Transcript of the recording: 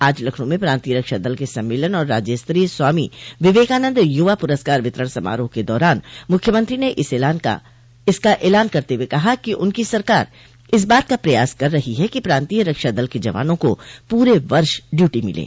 आज लखनऊ में प्रान्तीय रक्षा दल के सम्मेलन और राज्य स्तरीय स्वामी विवेकानन्द युवा पुरस्कार वितरण समारोह के दौरान मुख्यमंत्री ने इसका ऐलान करते हुए कहा कि उनकी सरकार इस बात का प्रयास कर रही है कि प्रान्तीय रक्षा दल के जवानों को पूरे वर्ष ड्यूटी मिलें